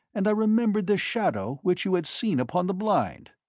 and i remembered the shadow which you had seen upon the blind.